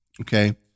Okay